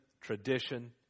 tradition